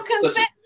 consent